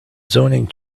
zoning